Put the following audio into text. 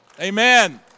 Amen